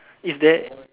is there